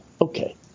okay